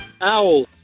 owl